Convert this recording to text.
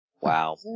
Wow